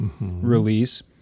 release